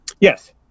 Yes